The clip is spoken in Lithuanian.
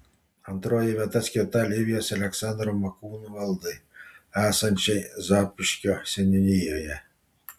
antroji vieta skirta livijos ir aleksandro makūnų valdai esančiai zapyškio seniūnijoje